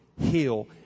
Heal